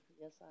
Yes